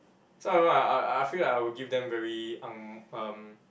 so I I I I feel like I will give them very uh um